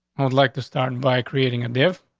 i would like to start and by creating a div.